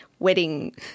Wedding